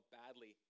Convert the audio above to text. badly